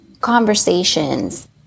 conversations